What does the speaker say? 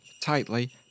tightly